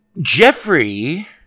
Jeffrey